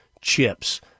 chips